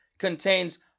Contains